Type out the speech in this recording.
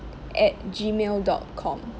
at gmail dot com